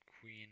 Queen